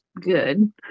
good